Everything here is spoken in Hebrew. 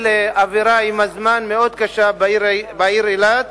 עם הזמן לאווירה מאוד קשה בעיר אילת,